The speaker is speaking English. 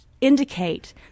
indicate